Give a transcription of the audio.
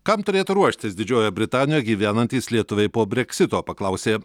kam turėtų ruoštis didžiojoje britanijoje gyvenantys lietuviai po breksito paklausė